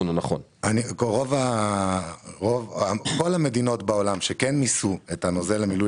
כל המדינות בעולם שמיסו את הנוזל למילוי